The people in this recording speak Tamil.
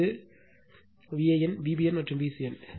இது இதேபோல் Van Vbn மற்றும் Vcn